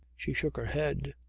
she shook her head.